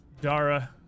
Dara